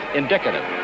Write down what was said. indicative